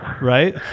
right